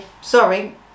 sorry